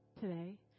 today